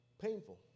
Painful